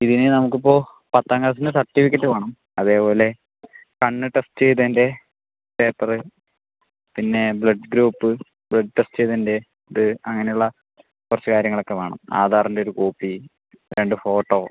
ഇതിന് നമുക്ക് ഇപ്പോൾ പത്താം ക്ലാസ്സിൻ്റെ സർട്ടിഫിക്കറ്റ് വേണം അതേപോലെ കണ്ണ് ടെസ്റ്റ് ചെയ്തതിൻ്റെ പേപ്പറ് പിന്നെ ബ്ലഡ് ഗ്രൂപ്പ് ബ്ലഡ് ടെസ്റ്റ് ചെയ്തതിൻ്റെ ഇത് അങ്ങനെ ഇള്ള കുറച്ച് കാര്യങ്ങൾ ഒക്കെ വേണം ആധാറിൻ്റെ ഒരു കോപ്പി രണ്ട് ഫോട്ടോ